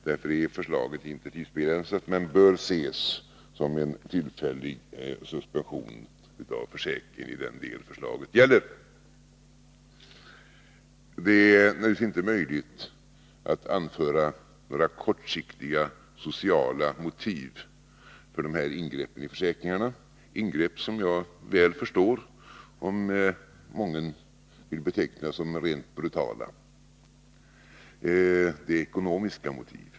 Därför är förslaget inte tidsbegränsat men bör ses som en tillfällig suspension av försäkringen i den del förslaget gäller. Det är naturligtvis inte möjligt att anföra några kortsiktiga sociala motiv för dessa ingrepp i försäkringarna, ingrepp som jag väl förstår att mången vill beteckna såsom rent brutala. Motiven är ekonomiska.